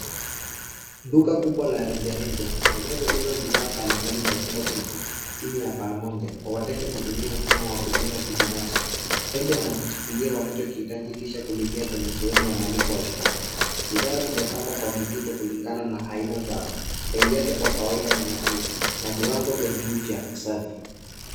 Duka kubwa la rejareja linazo uza bidhaa mbalimbali za kila siku, chini ya paa moja, kwa wateja kutumia mfumo wa huduma kibinafsi. Wateja wanajichukulia wanachokihitaji kisha kulipia kwenye sehemu ya malipo wakitoka. Bidhaa zimepangwa kwa mipito kulingana na aina zao. Bei yake kwa kawaida ni nafuu, na viwango kwa juu vya usafi.